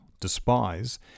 despise